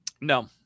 No